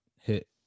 hit